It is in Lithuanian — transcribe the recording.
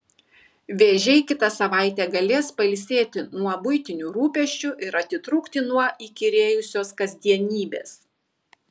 vėžiai kitą savaitę galės pailsėti nuo buitinių rūpesčių ir atitrūkti nuo įkyrėjusios kasdienybės